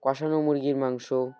কষানো মুরগির মাংস